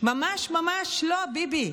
ממש ממש לא, ביבי.